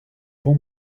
bon